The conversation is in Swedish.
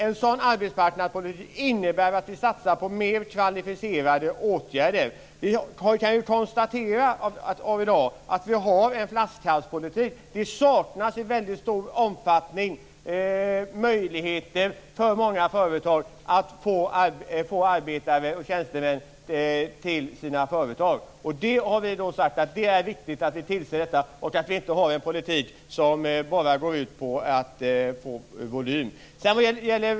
En sådan arbetsmarknadspolitik innebär att vi satsar på mer kvalificerade åtgärder. I dag har vi en flaskhalspolitik. Det saknas i stor omfattning möjligheter för många företag att få tag på arbetare och tjänstemän. Det är viktigt att se till att ha en politik som inte bara går ut på volym.